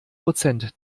prozent